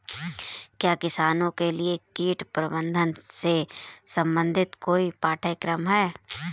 क्या किसानों के लिए कीट प्रबंधन से संबंधित कोई पाठ्यक्रम है?